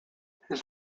his